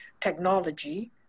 technology